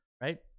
right